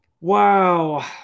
Wow